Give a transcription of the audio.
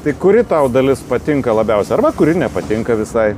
tai kuri tau dalis patinka labiausiai arba kuri nepatinka visai